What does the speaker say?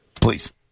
please